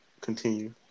Continue